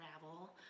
travel